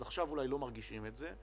עכשיו אולי לא מרגישים את זה,